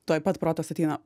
tuoj pat protas ateina